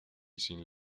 sin